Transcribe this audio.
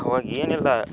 ಅವಾಗ ಏನಿಲ್ಲ